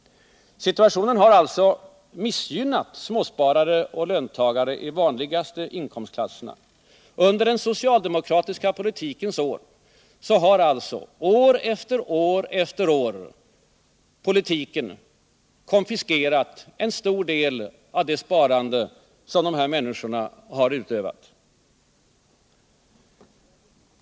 Situationen har alltså missgynnat småsparare och löntagare i de vanligaste inkomstklasserna. Under den socialdemokratiska politikens tid har man år efter år konfiskerat en stor del av det sparande som de här människorna har utövat.